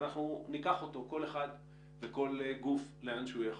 אנחנו ניקח אותו, כל אחד וכל גוף לאן שהוא יכול.